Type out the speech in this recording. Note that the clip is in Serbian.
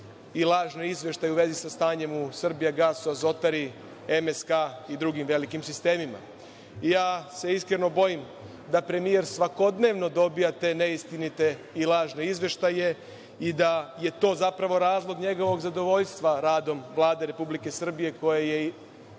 i lažne izveštaje u vezi sa stanjem u „Srbijagasu“, „Azotari“, MSK i drugim velikim sistemima. Ja se iskreno bojim da premijer svakodnevno dobija te neistinite i lažne izveštaje i da je to zapravo razlog njegovog nezadovoljstva radom Vlade Republike Srbije, koje je